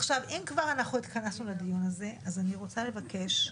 כבר התכנסנו לדיון הזה, אני רוצה לבקש,